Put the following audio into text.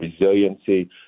resiliency